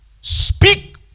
Speak